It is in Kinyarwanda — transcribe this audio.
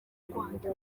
rwanda